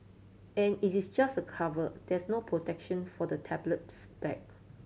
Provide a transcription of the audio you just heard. an it is just a cover there's no protection for the tablet's back